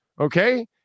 Okay